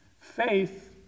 Faith